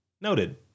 Noted